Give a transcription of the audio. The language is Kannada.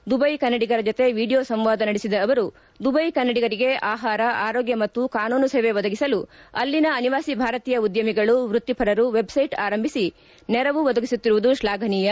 ದುಬೈ ಕನ್ನಡಿಗರ ಜತೆ ವೀಡಿಯೋ ಸಂವಾದ ನಡೆಸಿದ ಅವರು ದುಬೈ ಕನ್ನಡಿಗರಿಗೆ ಆಹಾರ ಆರೋಗ್ಯ ಪಾಗೂ ಕಾನೂನು ಸೇವೆ ಒದಗಿಸಲು ಅಲ್ಲಿನ ಅನಿವಾಸಿ ಭಾರತೀಯ ಉದ್ದಮಿಗಳು ವ್ಯತ್ತಿಪರರು ವೆಬ್ಸೈಟ್ ಆರಂಭಿಸಿ ನೆರವು ಒದಗಿಸುತ್ತಿರುವುದು ಶ್ಲಾಘನೀಯ